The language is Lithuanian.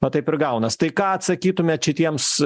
na taip ir gaunas tai ką atsakytumėt šitiems